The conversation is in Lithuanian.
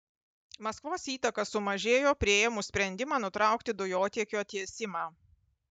maskvos įtaka sumažėjo priėmus sprendimą nutraukti dujotiekio tiesimą